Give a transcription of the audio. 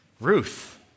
Ruth